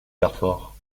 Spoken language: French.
carfor